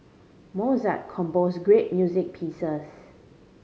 Mozart composed great music pieces